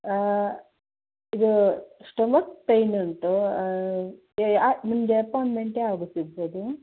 ಇದು stomach pain ಉಂಟು ನಿಮ್ಮದು ಅಪಾಯಿಂಟ್ಮೆಂಟ್ ಯಾವಾಗ ಸಿಗಬಹುದು